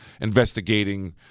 investigating –